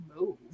move